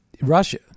Russia